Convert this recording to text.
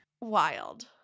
Wild